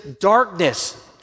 darkness